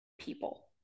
people